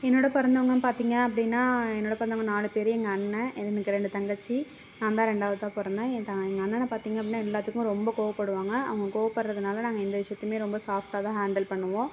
என்னோட பிறந்தவங்கனு பார்த்தீங்க அப்படினா என்னோட பிறந்தவங்க நாலு பேர் எங்கள் அண்ணன் எனக்கு ரெண்டு தங்கச்சி நான் தான் ரெண்டாவதாக பிறந்தேன் என் எங்கள் அண்ணனை பார்த்தீங்க அப்படினா எல்லாத்துக்குமே ரொம்ப கோபப்படுவாங்க அவங்க கோவப்படுகிறதுனால நாங்கள் எந்த விஷயத்தையும் ரொம்ப சாஃப்ட்டாக தான் ஹேண்டில் பண்ணுவோம்